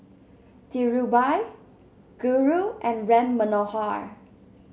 Dhirubhai Guru and Ram Manohar